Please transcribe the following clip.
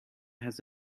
has